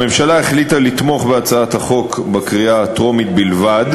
הממשלה החליטה לתמוך בהצעת החוק בקריאה הטרומית בלבד.